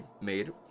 made